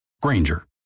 Granger